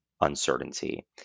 uncertainty